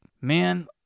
man